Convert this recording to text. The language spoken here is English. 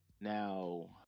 Now